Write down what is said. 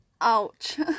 ouch